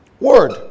Word